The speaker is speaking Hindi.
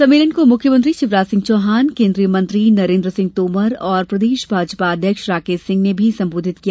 सम्मेलन को मुख्यमंत्री शिवराज सिंह चौहान केन्द्रीय मंत्री नरेन्द्र सिंह तोमर और प्रदेश भाजपा अध्यक्ष राकेश सिंह ने भी संबोधित किया